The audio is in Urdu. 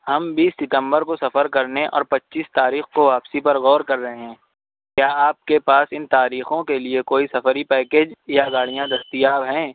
ہم بیس ستمبر کو سفر کرنے اور پچیس تاریخ کو واپسی پر غور کر رہے ہیں کیا آپ کے پاس ان تاریخوں کے لیے کوئی سفری پیکج یا گاڑیاں دستیاب ہیں